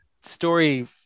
story